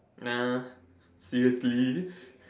nah seriously